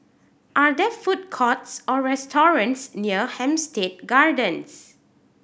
are there food courts or restaurants near Hampstead Gardens